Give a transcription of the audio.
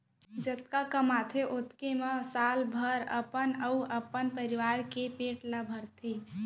जतका कमाथे ओतके म साल भर अपन अउ अपन परवार के पेट ल भरथे